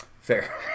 Fair